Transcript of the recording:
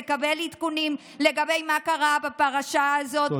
לקבל עדכונים לגבי מה שקרה בפרשה הזאת.